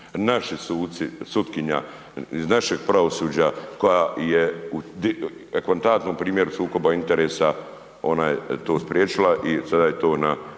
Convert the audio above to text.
suci, sutkinja iz našeg pravosuđa koja je u eklatantnom primjeru sukoba interesa ona to spriječila i sada je to na